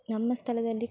ನಮ್ಮ ಸ್ಥಳದಲ್ಲಿ